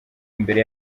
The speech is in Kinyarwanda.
imbere